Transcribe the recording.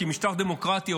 כי משטר דמוקרטי,